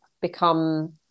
become